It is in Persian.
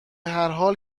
هرحال